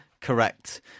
Correct